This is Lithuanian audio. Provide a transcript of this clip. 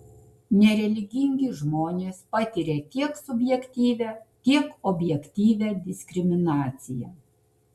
nereligingi žmonės patiria tiek subjektyvią tiek objektyvią diskriminaciją